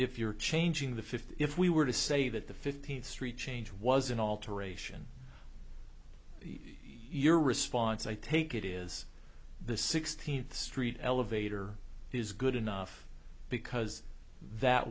if you're changing the fifty if we were to say that the fifteenth street change was an alteration your response i take it is the sixteenth street elevator is good enough because that